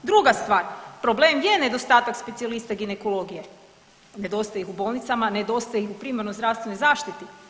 Druga stvar, problem je nedostatak specijalista ginekologije, nedostaje ih u bolnicama, nedostaje ih u primarnoj zdravstvenoj zaštiti.